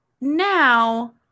now